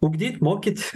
ugdyt mokyt